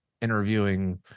interviewing